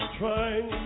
trying